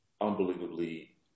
unbelievably